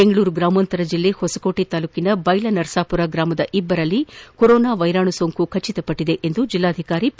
ಬೆಂಗಳೂರು ಗ್ರಾಮಾಂತರ ಜಿಲ್ಲೆ ಹೊಸಕೋಟೆ ತಾಲೂಕಿನ ಬೈಲನರಸಾಮರ ಗ್ರಾಮದ ಇಬ್ಬರು ವ್ಹಿತಿಗಳಲ್ಲಿ ಕೊರೊನಾ ವೈರಾಣು ಸೋಂಕು ದೃಢಪಟ್ಟದೆ ಎಂದು ಜೆಲ್ಲಾಧಿಕಾರಿ ಪಿ